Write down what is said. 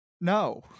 No